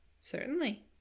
Certainly